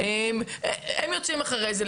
הם יוצאים אחרי זה,